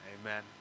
Amen